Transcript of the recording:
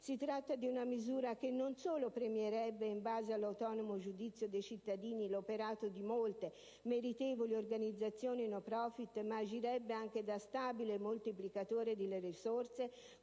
Si tratta di una misura che non solo premierebbe, in base all'autonomo giudizio dei cittadini, l'operato di molte, meritevoli organizzazioni *no profit*, ma agirebbe anche da stabile moltiplicatore delle risorse,